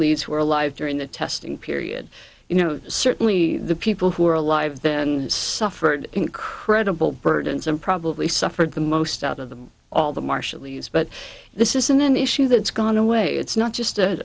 are alive during the testing period you know certainly the people who are alive then suffered incredible burdens and probably suffered the most out of them all the marshallese but this isn't an issue that's gone away it's not just a